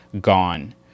gone